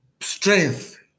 strength